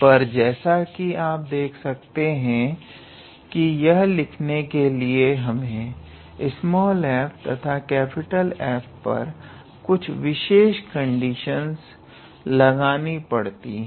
पर जैसा कि आप देख सकते हैं कि यह लिखने के लिए हमें f तथा F पर कुछ विशेष कंडीशनस लगानी पढ़ती हैं